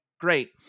Great